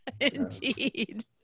Indeed